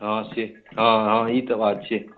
हँ से हँ हँ ई तऽ बात छै